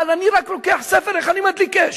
אבל אני רק לוקח ספר, איך אני מדליק אש?